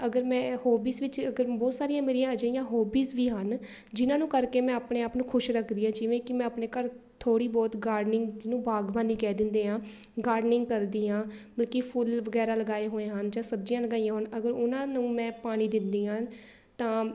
ਅਗਰ ਮੈਂ ਹੋਬੀਸ ਵਿੱਚ ਅਗਰ ਬਹੁਤ ਸਾਰੀਆਂ ਮੇਰੀਆਂ ਅਜਿਹੀਆਂ ਹੋਬੀਸ ਵੀ ਹਨ ਜਿਹਨਾਂ ਨੂੰ ਕਰਕੇ ਮੈਂ ਆਪਣੇ ਆਪ ਨੂੰ ਖੁਸ਼ ਰੱਖਦੀ ਹਾਂ ਜਿਵੇਂ ਕਿ ਮੈਂ ਆਪਣੇ ਘਰ ਥੋੜ੍ਹੀ ਬਹੁਤ ਗਾਰਡਨਿੰਗ ਜਿਹਨੂੰ ਬਾਗਬਾਨੀ ਕਹਿ ਦਿੰਦੇ ਹਾਂ ਗਾਰਡਨਿੰਗ ਕਰਦੀ ਹਾਂ ਬਲਕਿ ਫੁੱਲ ਵਗੈਰਾ ਲਗਾਏ ਹੋਏ ਹਨ ਜਾਂ ਸਬਜ਼ੀਆਂ ਲਗਾਈਆਂ ਹੋਣ ਅਗਰ ਉਹਨਾਂ ਨੂੰ ਮੈਂ ਪਾਣੀ ਦਿੰਦੀ ਹਾਂ ਤਾਂ